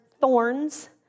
thorns